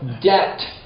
debt